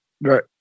Right